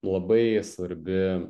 labai svarbi